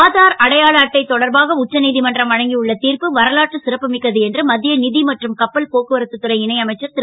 ஆதார் அடையாள அட்டை தொடர்பாக உச்சநீ மன்றம் வழங்கியுள்ள திர்ப்பு வரலாற்று சிறப்பு மிக்கது என்று மத் ய மற்றும் கப்பல் போக்குவரத்து துறை இணை அமைச்சர் ரு